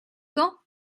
gants